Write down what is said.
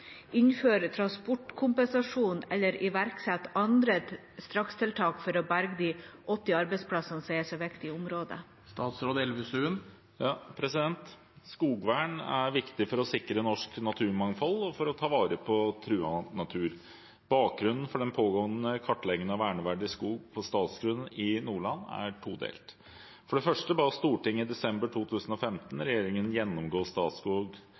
innføre transportkompensasjon eller iverksette andre strakstiltak for å berge de 80 arbeidsplassene som er så viktige i området?» Skogvern er viktig for å sikre norsk naturmangfold og for å ta vare på truet natur. Bakgrunnen for den pågående kartleggingen av verneverdig skog på statsgrunn i Nordland er todelt. For det første ba Stortinget i desember 2015 regjeringen gjennomgå Statskog